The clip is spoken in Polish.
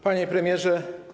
Panie Premierze!